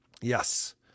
Yes